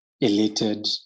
elated